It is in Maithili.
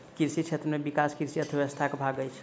कृषि क्षेत्र में विकास कृषि अर्थशास्त्रक भाग अछि